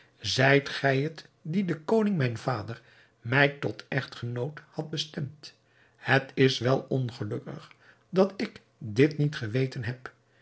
zijt gij het dien de koning mijn vader mij tot echtgenoot had bestemd het is wel ongelukkig dat ik dit niet geweten heb